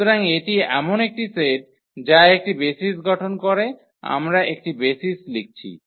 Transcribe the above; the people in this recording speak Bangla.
সুতরাং এটি এমন একটি সেট যা একটি বেসিস গঠন করে আমরা একটি বেসিস লিখছি